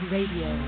Radio